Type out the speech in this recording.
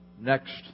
next